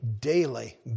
daily